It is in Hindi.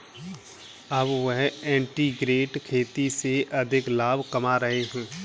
अब वह इंटीग्रेटेड खेती से अधिक लाभ कमा रहे हैं